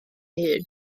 hun